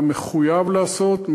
מה מחויב לעשות,